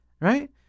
right